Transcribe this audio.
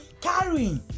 carrying